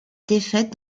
défaite